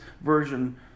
version